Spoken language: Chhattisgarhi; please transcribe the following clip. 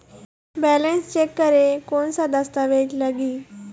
बैलेंस चेक करें कोन सा दस्तावेज लगी?